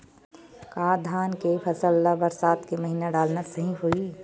का धान के फसल ल बरसात के महिना डालना सही होही?